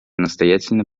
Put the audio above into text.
настоятельно